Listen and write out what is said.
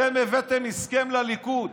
אתם הבאתם הסכם לליכוד.